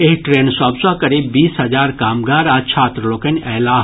एहि ट्रेन सभ सँ करीब बीस हजार कामगार आ छात्र लोकनि अयलाह